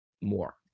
more